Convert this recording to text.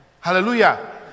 Hallelujah